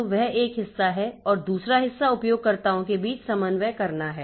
तो वह एक हिस्सा है और दूसरा हिस्सा उपयोगकर्ताओं के बीच समन्वय करना है